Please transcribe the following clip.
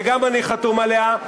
שגם אני חתום עליה.